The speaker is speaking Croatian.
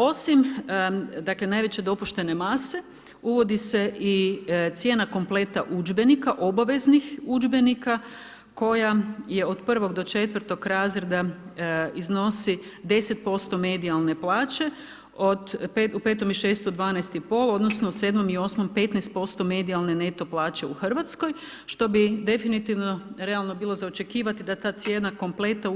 Osim, dakle, najveće dopuštene mase, uvodi se i cijena kompleta udžbenika obavezanik udžbenika, koja je od 1-4 razreda iznosi 10% medijalne plaće, u 5 i 6 12,5 odnosno, u 7 i 8 15% medijalne neto plaće u Hrvatskoj, što bi definitivno realno bilo očekivati da ta cijena kompleta